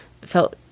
felt